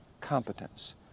competence